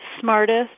smartest